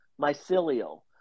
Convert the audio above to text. mycelial